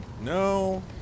No